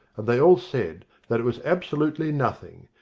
and they all said that it was absolutely nothing.